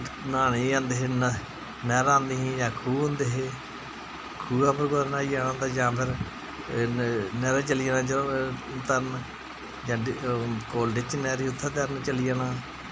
न्हाने गी जंदे हे नैह्रां होंदियां हां जां खूह् होंदे हे खूहा पर कुतै न्हाई आना जां फिर नैह्रा च चली जाना तरन जां कोल डिच्च नैह्र ही उत्थें चली जाना